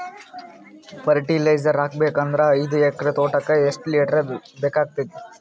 Fertiliser ಹಾಕಬೇಕು ಅಂದ್ರ ಐದು ಎಕರೆ ತೋಟಕ ಎಷ್ಟ ಲೀಟರ್ ಬೇಕಾಗತೈತಿ?